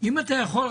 אתה יכול,